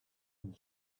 and